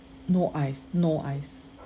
no ice no ice